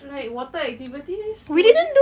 like water activities